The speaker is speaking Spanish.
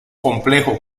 complejo